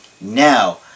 Now